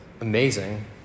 amazing